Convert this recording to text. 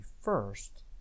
first